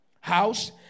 house